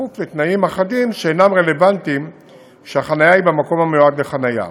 בכפוף לתנאים אחדים שאינם רלוונטיים כשהחניה היא במקום המיועד לחניה.